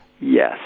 Yes